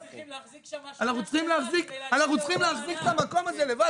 אנחנו צריכים להחזיק את המקום הזה לבד.